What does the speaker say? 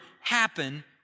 happen